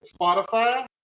Spotify